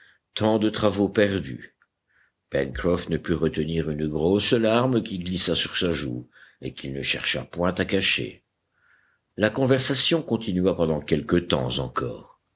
tant de travaux perdus pencroff ne put retenir une grosse larme qui glissa sur sa joue et qu'il ne chercha point à cacher la conversation continua pendant quelque temps encore